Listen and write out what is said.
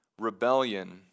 rebellion